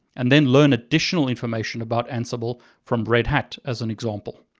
and then learn additional information about ansible from red hat, as an example.